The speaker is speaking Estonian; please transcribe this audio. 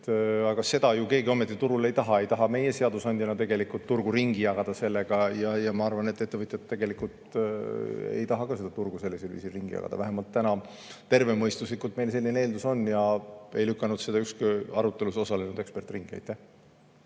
Aga seda ju keegi ometi turul ei taha. Ei taha meie seadusandjana turgu ringi jagada ja ma arvan, et ettevõtjad tegelikult ei taha ka seda turgu sellisel viisil ringi teha. Vähemalt täna meil tervemõistuslikult selline eeldus on ja ei lükanud seda ükski arutelus osalenud ekspert ümber.